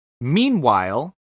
Meanwhile